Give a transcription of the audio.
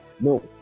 No